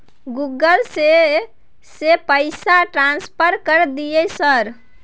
Google से से पैसा ट्रांसफर कर दिय सर?